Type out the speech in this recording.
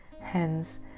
Hence